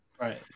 Right